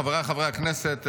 חבריי חברי הכנסת,